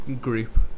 group